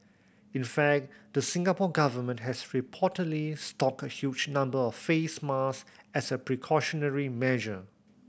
in fact the Singapore Government has reportedly stocked a huge number of face mask as a precautionary measure